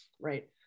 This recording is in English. right